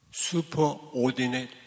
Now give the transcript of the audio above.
superordinate